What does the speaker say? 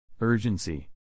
Urgency